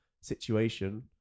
situation